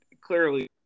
clearly –